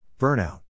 Burnout